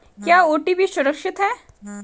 क्या ओ.टी.पी सुरक्षित है?